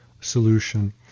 solution